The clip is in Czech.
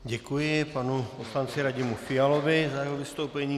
Děkuji panu poslanci Radimu Fialovi za jeho vystoupení.